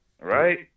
right